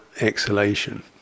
exhalation